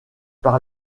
par